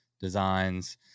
Designs